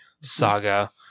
saga